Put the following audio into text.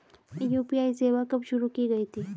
UPI सेवा कब शुरू की गई थी?